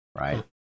right